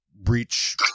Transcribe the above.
breach